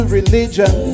religion